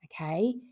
Okay